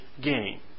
gain